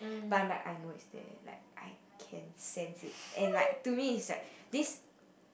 but I'm like I know is they like I can sense it and like to me is like this